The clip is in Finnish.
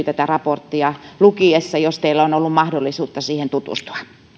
tätä raporttia lukiessa jos teillä on ollut mahdollisuutta siihen tutustua